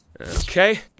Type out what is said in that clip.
Okay